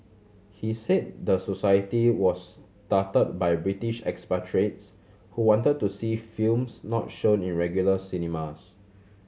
he said the society was started by British expatriates who wanted to see films not shown in regular cinemas